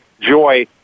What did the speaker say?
joy